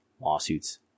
lawsuits